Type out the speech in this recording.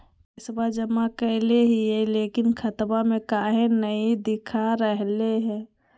पैसा जमा कैले हिअई, लेकिन खाता में काहे नई देखा रहले हई?